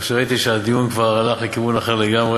אבל כשראיתי שהדיון כבר הלך לכיוון אחר לגמרי,